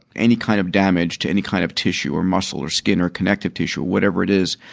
any kind of damage to any kind of tissue, or muscle, or skin, or connective tissue, whatever it is.